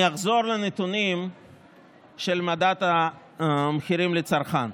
אני אחזור לנתונים של מדד המחירים צרכן,